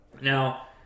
Now